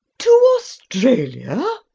to australia?